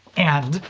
and.